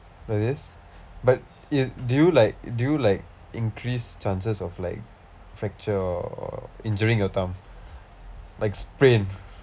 like this but it do you like do you like increase chances of like fracture or injuring your thumb like sprain